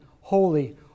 holy